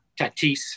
Tatis